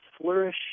flourish